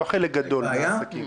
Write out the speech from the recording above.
לא חלק גדול מהעסקים.